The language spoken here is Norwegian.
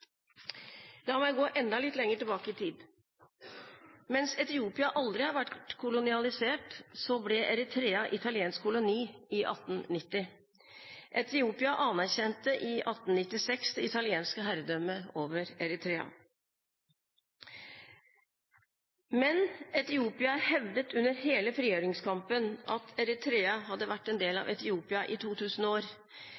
La meg gå enda litt lenger tilbake i tid. Mens Etiopia aldri har vært kolonisert, ble Eritrea italiensk koloni i 1890. Etiopia anerkjente i 1896 det italienske herredømmet over Eritrea, men Etiopia hevdet under hele frigjøringskampen at Eritrea hadde vært en del